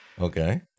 Okay